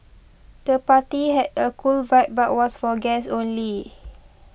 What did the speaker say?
the party had a cool vibe but was for guests only